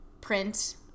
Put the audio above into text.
print